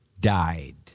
died